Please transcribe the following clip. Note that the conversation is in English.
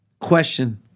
Question